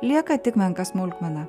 lieka tik menka smulkmena